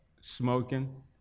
Smoking